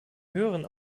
höheren